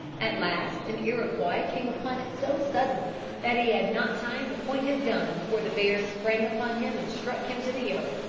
at last an iroquois came upon it so suddenly that he had not time to point his gun before the bear sprang upon him and struck him to the earth,